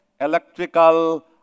electrical